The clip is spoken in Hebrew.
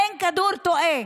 אין כדור תועה.